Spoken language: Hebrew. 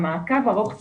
המעקב הוא ארוך טווח.